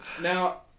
Now